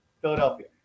Philadelphia